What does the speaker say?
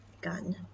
gun